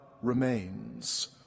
remains